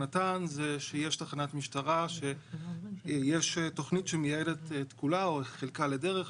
זה שיש תחנת משטרה שיש תוכנית שמייעדת את כולה או חלקה לדרך,